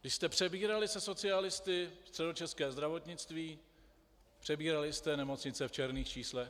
Když jste přebírali se socialisty středočeské zdravotnictví, přebírali jste nemocnice v černých číslech.